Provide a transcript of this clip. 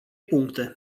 puncte